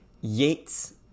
Yates